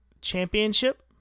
championship